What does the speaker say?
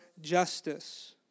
justice